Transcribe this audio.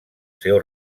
seu